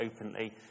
openly